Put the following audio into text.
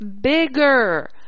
bigger